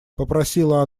попросила